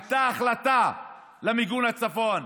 הייתה החלטה על מיגון הצפון.